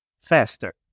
faster